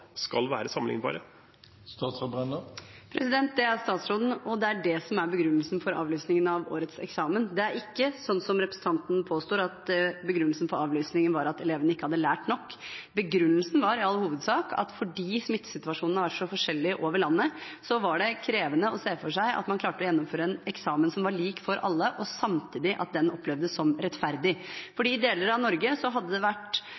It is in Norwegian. skal være sammenliknbare? Det er statsråden, og det er det som er begrunnelsen for avlysingen av årets eksamen. Det er ikke, sånn som representanten påstår, at begrunnelsen for avlysingen var at elevene ikke hadde lært nok. Begrunnelsen var i all hovedsak at fordi smittesituasjonen har vært så forskjellig i landet, var det krevende å se for seg at man klarte å gjennomføre en eksamen som var lik for alle, og at den samtidig opplevdes som rettferdig. I deler av Norge hadde det vært